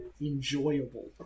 enjoyable